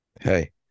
Hey